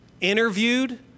interviewed